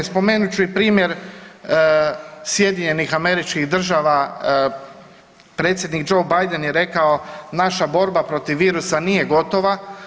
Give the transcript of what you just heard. Spomenut ću i primjer SAD-a, predsjednik Joe Biden je rekao naša borba protiv virusa nije gotova.